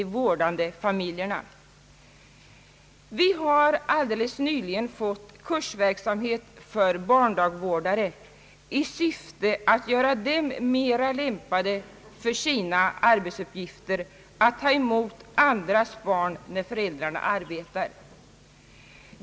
Det har nyligen tillkommit s.k. kursverksamhet för barndagvårdare i syfte att göra dem mer lämpade för sina arbetsuppgifter — att ta emot andras barn när föräldrarna arbetar.